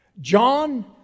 John